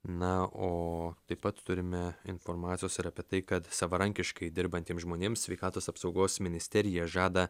na o taip pat turime informacijos ir apie tai kad savarankiškai dirbantiem žmonėms sveikatos apsaugos ministerija žada